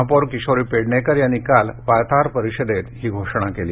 महापोर किशोरी पेडणेकर यांनी काल वार्ताहर परिषदेत ही घोषणा केली